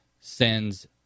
sends